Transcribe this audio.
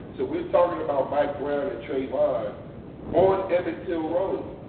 so we're talking about mike brown and trayvon on emmett till road.